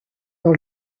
dans